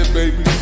baby